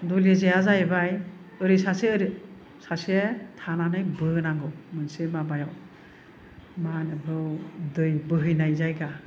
दुलि जेया जायैबाय ओरै सासे ओरै सासे थानानै बोनांगौ मोनसे माबायाव मा होनो बेखौ दै बोहैनाय जायगा